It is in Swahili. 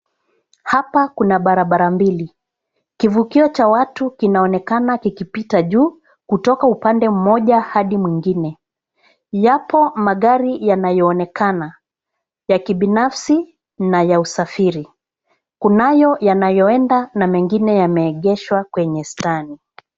Hapa kuna barabara mbili. Kivukio cha watu kinaonekana kikipita juu kutoka upande mmoja hadi mwingine. Yapo magari yanayoonekana ya kibinafsi na ya usafiri. Kunayo yanayoenda na mengine yameegeshwa kwenye stand .